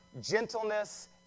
gentleness